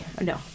no